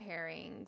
pairings